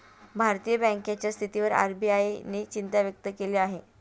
भारतीय बँकांच्या स्थितीवर आर.बी.आय ने चिंता व्यक्त केली आहे